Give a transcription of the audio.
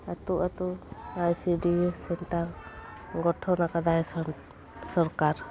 ᱟᱛᱳ ᱟᱛᱳ I C D S centre ᱜᱚᱴᱷᱚᱱ ᱟᱠᱟᱫᱟᱭ ᱥᱚᱨ ᱥᱚᱨᱠᱟᱨ